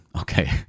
Okay